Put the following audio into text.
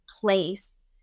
place